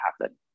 happen